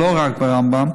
ולא רק ברמב"ם,